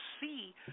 see